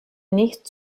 nicht